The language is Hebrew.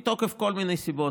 מתוקף כל מיני סיבות.